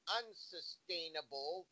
unsustainable